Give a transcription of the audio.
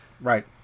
Right